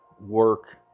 work